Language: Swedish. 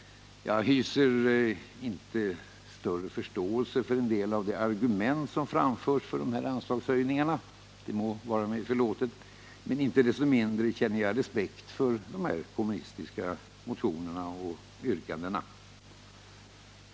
Jag hyser inte någon större förståelse för en del av de argument som framförts för anslagshöjningarna — det må vara mig förlåtet. Inte desto mindre känner jag respekt för de här kommunistiska motionerna och yrkandena.